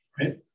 right